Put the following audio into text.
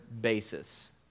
basis